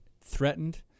threatened